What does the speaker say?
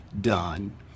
done